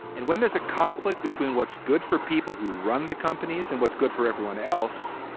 and when there's a conflict between what's good for people who run the companies and what's good for everyone else.